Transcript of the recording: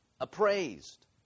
appraised